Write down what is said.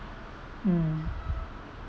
mm